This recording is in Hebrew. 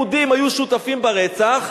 יהודים היו שותפים ברצח,